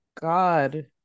god